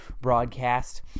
broadcast